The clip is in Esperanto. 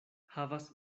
havas